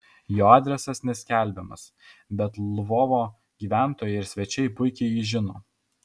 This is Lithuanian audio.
jo adresas neskelbiamas bet lvovo gyventojai ir svečiai puikiai jį žino